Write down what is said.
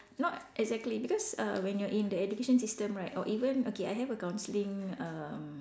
not exactly because err when you're in the education system right or even okay I have a counselling err